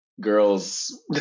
girls